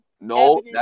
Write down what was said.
No